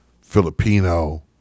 Filipino